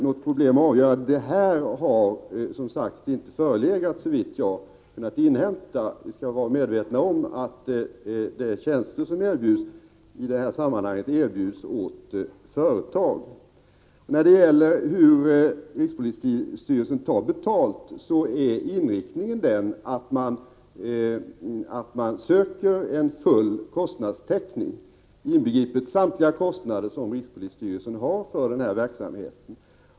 Något problem med att avgöra detta har som sagt inte förelegat, såvitt jag vet. Vi skall vara medvetna om att man i fråga om de tjänster som erbjuds i det här sammanhanget vänder sig till företag. När det gäller hur rikspolisstyrelsen tar betalt kan jag berätta att inriktningen är att man söker få full kostnadstäckning, inbegripet samtliga kostnader som rikspolisstyrelsen har för verksamheten.